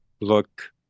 look